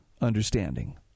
understanding